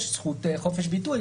יש זכות חופש ביטוי,